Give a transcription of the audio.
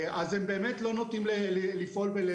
אז הם באמת לא נותנים להם לפעול.